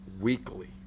weekly